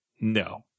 No